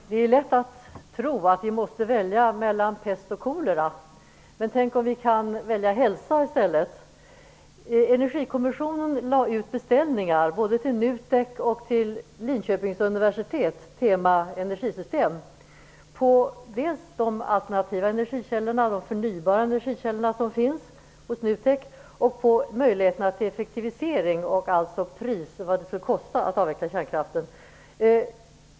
Fru talman! Det är lätt att tro att vi måste välja mellan pest och kolera. Men tänk om vi kan välja hälsa i stället! NUTEK och Linköpings universitet, Tema energisystem, om de alternativa, förnybara energikällor som finns, möjligheterna till effektivering och även priset, dvs. vad det skulle kosta att avveckla kärnkraften.